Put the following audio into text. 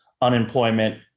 unemployment